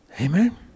Amen